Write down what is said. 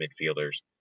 midfielders